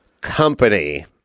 company